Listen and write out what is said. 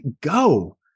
go